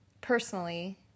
personally